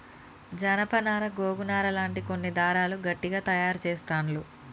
జానప నారా గోగు నారా లాంటి కొన్ని దారాలు గట్టిగ తాయారు చెస్తాండ్లు